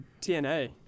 TNA